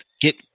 Get